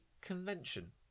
convention